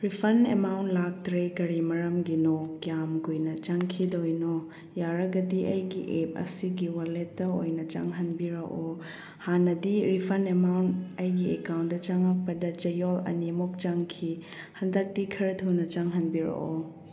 refund amount ꯂꯥꯛꯇ꯭ꯔꯦ ꯀꯔꯤ ꯃꯔꯝꯒꯤꯅꯣ ꯀꯌꯥꯝ ꯀꯨꯏꯅ ꯆꯪꯈꯤꯗꯣꯏꯅꯣ ꯌꯥꯔꯒꯗꯤ ꯑꯩꯒꯤ ꯑꯦꯞ ꯑꯁꯤꯒꯤ ꯋꯥꯂꯦꯠꯇ ꯑꯣꯏꯅ ꯆꯪꯍꯟꯕꯤꯔꯛꯑꯣ ꯍꯥꯟꯅꯗꯤ ꯔꯤꯐꯟ ꯑꯦꯃꯥꯎꯟ ꯑꯩꯒꯤ ꯑꯦꯀꯥꯎꯟꯗ ꯆꯪꯉꯛꯄꯗ ꯆꯌꯣꯜ ꯑꯅꯤꯃꯨꯛ ꯆꯪꯈꯤ ꯍꯟꯗꯛꯇꯤ ꯈꯔ ꯊꯨꯅ ꯆꯪꯍꯟꯕꯤꯔꯛꯑꯣ